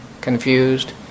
confused